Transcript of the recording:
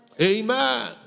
Amen